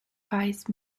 vice